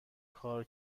کار